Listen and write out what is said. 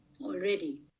already